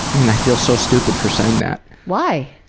and i feel so stupid for saying that? why?